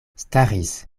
staris